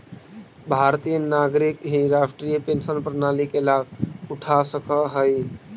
भारतीय नागरिक ही राष्ट्रीय पेंशन प्रणाली के लाभ उठा सकऽ हई